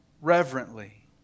reverently